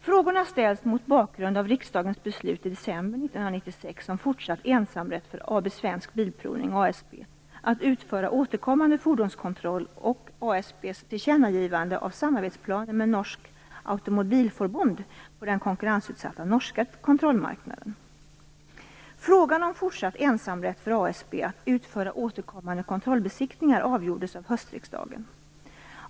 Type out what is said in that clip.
Frågorna ställs mot bakgrund av riksdagens beslut i december 1996 om fortsatt ensamrätt för AB Svensk Bilprovning att utföra återkommande fordonskontroll och ASB:s tillkännagivande av samarbetsplaner med Norsk Automobil-Forbund på den konkurrensutsatta norska kontrollmarknaden. Frågan om fortsatt ensamrätt för ASB att utföra återkommande kontrollbesiktningar avgjordes av höstriksdagen.